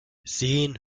sehen